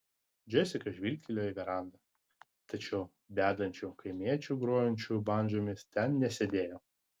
džesika žvilgtelėjo į verandą tačiau bedančių kaimiečių grojančių bandžomis ten nesėdėjo